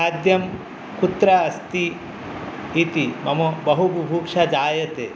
खाद्यं कुत्र अस्ति इति मम बहु बुभुक्षा जायते